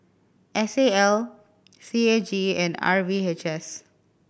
S A L C A G and R V H S